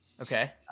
Okay